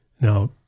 Now